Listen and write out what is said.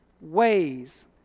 ways